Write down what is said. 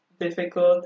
difficult